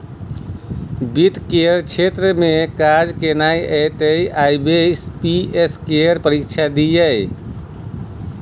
वित्त केर क्षेत्र मे काज केनाइ यै तए आई.बी.पी.एस केर परीक्षा दियौ